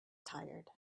tired